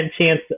chance